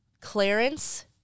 Clarence